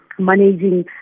Managing